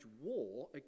war